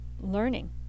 learning